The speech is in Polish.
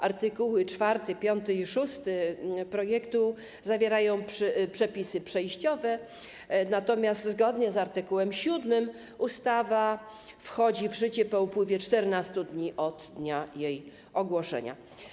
Art. 4, 5 i 6 projektu zawierają przepisy przejściowe, natomiast zgodnie z art. 7 ustawa wchodzi w życie po upływie 14 dni od dnia jej ogłoszenia.